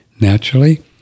naturally